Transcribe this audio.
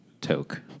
Toke